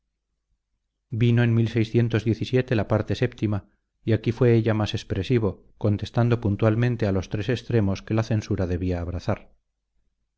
vino en la parte séptima y aquí fue ya más expresivo contestando puntualmente a los tres extremos que la censura debía abrazar